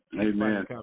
Amen